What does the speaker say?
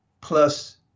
plus